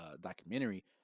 documentary